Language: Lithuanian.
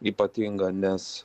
ypatinga nes